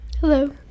Hello